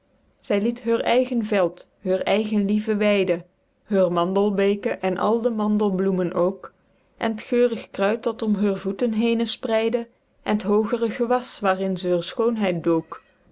zy liet heur eigen veld heure eigen lieve weide heur mandelbeke en al de mandelbloemen ook en t geurig kruid dat om heur voeten henen spreidde en t hoogere gewas waerin z'heur schoonheid